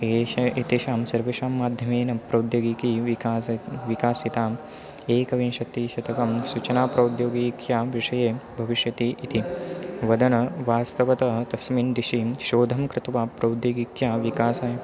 एषः एतेषां सर्वेषां माध्यमेन प्रौद्योगिकी विकासे विकासिताम् एकविंशतिशतकं सूचनाप्रौद्योगिक्यां विषये भविष्यति इति वदनवास्तवतः तस्मिन् दिशि शोधं कृत्वा प्रौद्योगिक्या विकासाय